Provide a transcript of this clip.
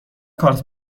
کارت